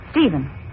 Stephen